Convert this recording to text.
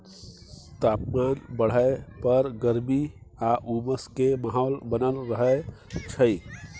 तापमान बढ़य पर गर्मी आ उमस के माहौल बनल रहय छइ